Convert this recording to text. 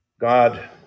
God